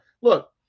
Look